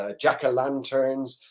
jack-o'-lanterns